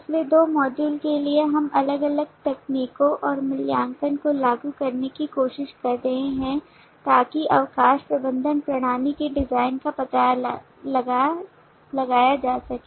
पिछले दो मॉड्यूल के लिए हम अलग अलग तकनीकों और मूल्यांकन को लागू करने की कोशिश कर रहे हैं ताकि अवकाश प्रबंधन प्रणाली के डिजाइन का पता लगाया जा सके